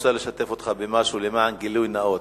אני רוצה לשתף אותך במשהו למען גילוי נאות.